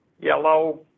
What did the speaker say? yellow